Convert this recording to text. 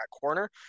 corner